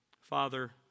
Father